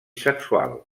sexual